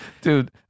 Dude